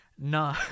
no